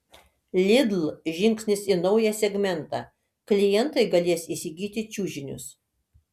lidl žingsnis į naują segmentą klientai galės įsigyti čiužinius